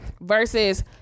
Versus